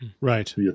Right